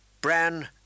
Bran